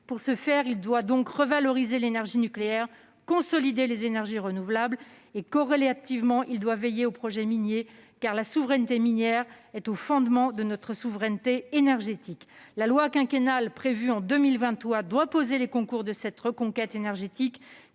Pour ce faire, il doit revaloriser l'énergie nucléaire, consolider les énergies renouvelables et, corrélativement, veiller au projet minier, la souveraineté minière étant au fondement de notre souveraineté énergétique. La loi quinquennale prévue en 2023 doit poser les concours de cette reconquête énergétique,